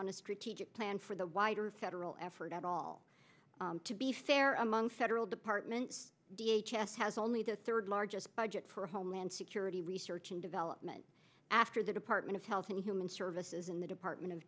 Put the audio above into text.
on a strategic plan for the wider federal effort at all to be fair among federal departments d h s s has only the third largest budget for homeland security research and development after the department of health and human services in the department of